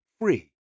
free